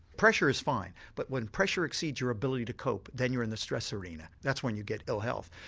pressure is fine but when pressure exceeds your ability to cope then you're in the stress arena, that's when you get ill health.